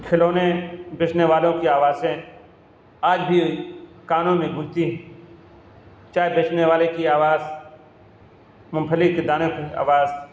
کھلونے بیچنے والوں کی آوازیں آج بھی کانوں میں گونجتی ہیں چائے بیچنے والے کی آواز مونگ پھلی کے دانوں کی آواز